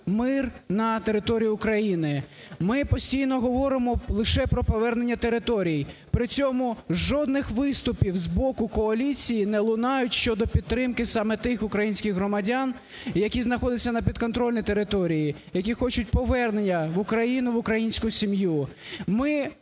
мир на території України. Ми постійно говоримо лише про повернення територій, при цьому жодних виступів з боку коаліції не лунають щодо підтримки саме тих українських громадян, які знаходяться на підконтрольній території, які хочуть повернення в Україну, в українську сім'ю.